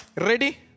Ready